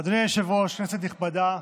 אדוני היושב-ראש, כנסת נכבדה,